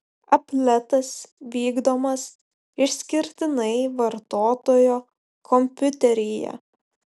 apletas vykdomas išskirtinai vartotojo kompiuteryje